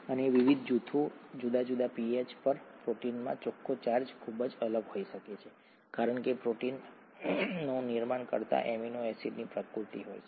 અને વિવિધ જુદા જુદા પીએચ પર પ્રોટીનમાં ચોખ્ખો ચાર્જ ખૂબ જ અલગ હોઈ શકે છે કારણ કે પ્રોટીનનું નિર્માણ કરતા એમિનો એસિડ્સની પ્રકૃતિ હોય છે